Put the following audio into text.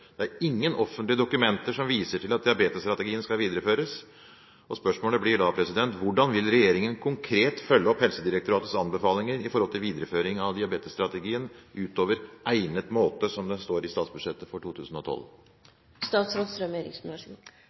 Det er ingen offentlige dokumenter som viser til at diabetesstrategien skal videreføres. Spørsmålet blir da: Hvordan vil regjeringen konkret følge opp Helsedirektoratets anbefalinger i forhold til videreføring av diabetesstrategien utover «egnet måte», som det står i statsbudsjettet for